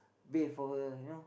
bathe for her